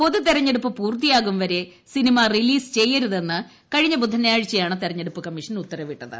പൊതു തെരഞ്ഞെടുപ്പ് പൂർത്തിയാകുംവരെ സിനിമ റിലീസ് ചെയ്യരുതെന്ന് കഴിഞ്ഞ ബുധനാഴ്ചയാണ് തിരഞ്ഞെടുപ്പ് കമ്മീഷൻ ഉത്തരവിട്ടത്